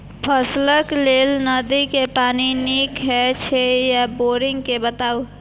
फसलक लेल नदी के पानी नीक हे छै या बोरिंग के बताऊ?